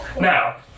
Now